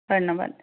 ধন্যবাদ